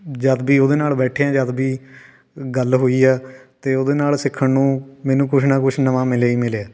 ਜਦ ਵੀ ਉਹਦੇ ਨਾਲ ਬੈਠੇ ਹਾਂ ਜਦ ਵੀ ਗੱਲ ਹੋਈ ਆ ਅਤੇ ਉਹਦੇ ਨਾਲ ਸਿੱਖਣ ਨੂੰ ਮੈਨੂੰ ਕੁਛ ਨਾ ਕੁਛ ਨਵਾਂ ਮਿਲਿਆ ਹੀ ਮਿਲਿਆ